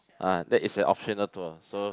ah that is the optional tour so